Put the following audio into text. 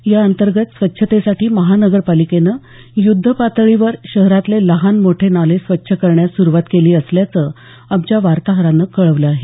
या अंतर्गत स्वच्छतेसाठी महानगरपालिकेनं युद्धपातळीवर शहरातले लहान मोठे नाले स्वच्छ करण्यास सुरुवात केली असल्याचं आमच्या वार्ताहरानं कळवलं आहे